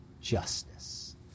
justice